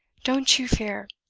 don't you fear!